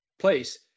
place